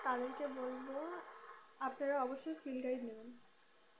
তাদেরকে বলব আপনারা অবশ্যই ফিল্ড গাইড নেবেন